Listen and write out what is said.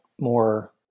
more